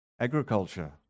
agriculture